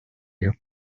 you